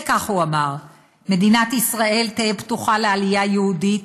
וכך הוא אמר: "מדינת ישראל תהא פתוחה לעלייה יהודית,